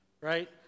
right